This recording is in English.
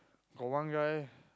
got one guy